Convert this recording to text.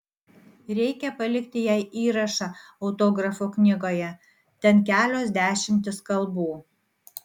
reikia palikti jai įrašą autografų knygoje ten kelios dešimtys kalbų